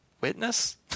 witness